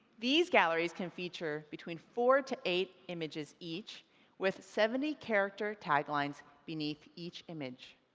these galleries can feature between four to eight images each with seventy character taglines beneath each image.